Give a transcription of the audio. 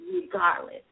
regardless